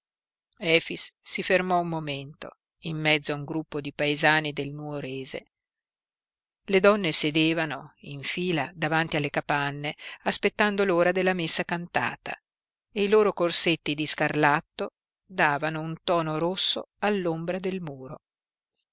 si fermò un momento in mezzo a un gruppo di paesani del nuorese le donne sedevano in fila davanti alle capanne aspettando l'ora della messa cantata e i loro corsetti di scarlatto davano un tono rosso all'ombra del muro